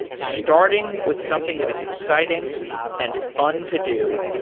starting with something that is exciting and fun to do,